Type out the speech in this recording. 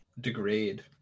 degrade